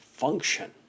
Function